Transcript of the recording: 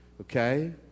Okay